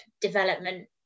development